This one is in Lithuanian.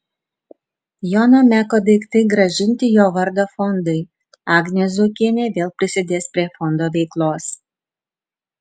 jono meko daiktai grąžinti jo vardo fondui agnė zuokienė vėl prisidės prie fondo veiklos